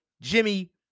Jimmy